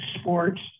sports